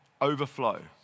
overflow